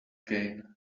gain